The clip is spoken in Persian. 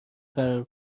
فرار